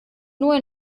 nur